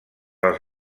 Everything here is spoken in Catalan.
les